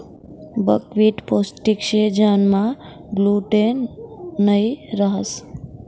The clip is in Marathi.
बकव्हीट पोष्टिक शे ज्यानामा ग्लूटेन नयी रहास